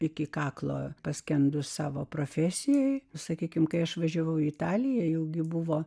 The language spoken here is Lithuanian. iki kaklo paskendus savo profesijoje sakykime kai aš važiavau į italiją ilgai buvo